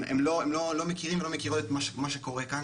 הם לא מכירים ולא מכירות את מה שקורה כאן,